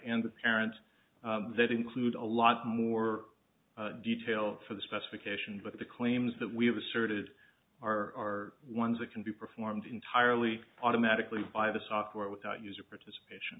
and the parents that include a lot more detailed for the specification but the claims that we have asserted are ones that can be performed entirely automatically by the software without user participation